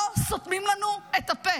לא סותמים לנו את הפה.